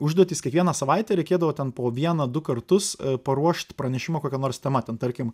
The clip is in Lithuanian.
užduotis kiekvieną savaitę reikėdavo ten po vieną du kartus paruošt pranešimą kokia nors tema ten tarkim